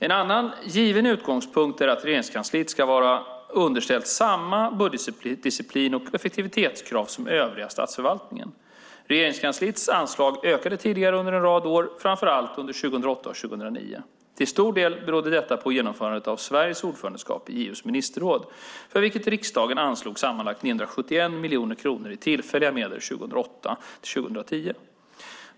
En annan given utgångspunkt är att Regeringskansliet ska vara underställt samma budgetdisciplin och effektivitetskrav som den övriga statsförvaltningen. Regeringskansliets anslag ökade tidigare under en rad år, framför allt under 2008 och 2009. Till stor del berodde detta på genomförandet av Sveriges ordförandeskap i EU:s ministerråd, för vilket riksdagen anslog sammanlagt 971 miljoner kronor i tillfälliga medel 2008-2010.